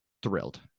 Thrilled